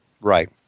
right